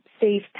safe